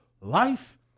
life